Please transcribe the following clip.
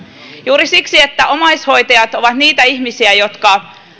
juuri siksi että omaishoitajat ovat niitä ihmisiä jotka